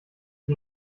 die